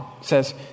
says